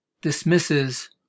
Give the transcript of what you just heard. dismisses